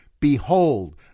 Behold